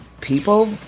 people